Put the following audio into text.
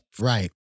Right